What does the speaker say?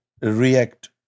react